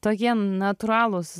tokie natūralūs